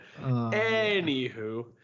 anywho